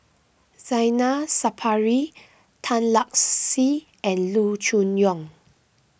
Zainal Sapari Tan Lark Sye and Loo Choon Yong